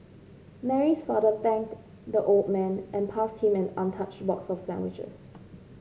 Mary's father thanked the old man and passed him an untouched box for sandwiches